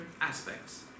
aspects